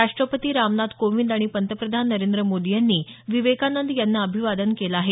राष्टपती रामनाथ कोविंद आणि पंतप्रधान नरेंद्र मोदी यांनी विवेकानंद यांना अभिवादन केलं आहे